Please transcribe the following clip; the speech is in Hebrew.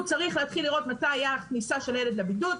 הוא צריך להתחיל לראות מתי הייתה הכניסה של הילד לבידוד,